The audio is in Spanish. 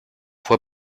fue